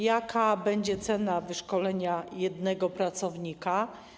Jaka będzie cena wyszkolenia jednego pracownika?